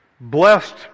blessed